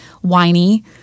whiny